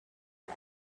her